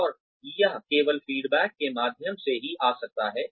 और यह केवल फीडबैक के माध्यम से ही आ सकता है